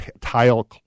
tile